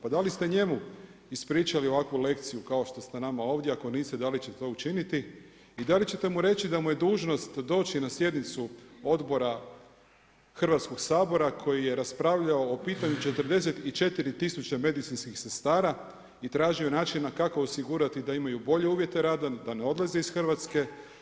Pa da li ste njemu ispričali ovakvu lekciju kao što ste nama ovdje, ako niste da li ćete to učiniti i da li ćete mu reći da mu je dužnost doći na sjednicu odbora Hrvatskog sabora koji je raspravljao o pitanju 44000 medicinskih sestara i tražio način kako osigurati da imaju bolje uvjete rada, da ne odlaze iz Hrvatske.